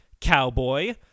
Cowboy